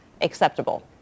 acceptable